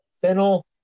fennel